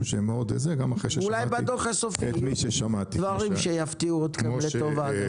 שהם מאוד -- אולי בדוח הסופי יהיו דברים שיפתיעו אותכם לטובה.